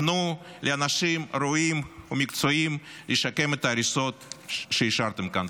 תנו לאנשים ראויים ומקצועיים לשקם את ההריסות שהשארתם כאן.